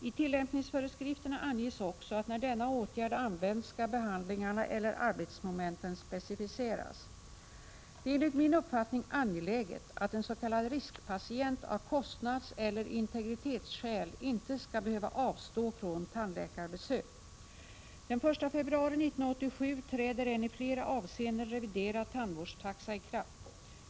I tillämpningsföreskrifterna anges också att när denna kod används skall behandlingarna eller arbetsmomenten specificeras. Det är enligt min uppfattning angeläget att ens.k. riskpatient av kostnadseller integritetsskäl inte skall behöva avstå från tandläkarbesök. Den 1 februari 1987 träder en i flera avseenden reviderad tandvårdstaxa i kraft.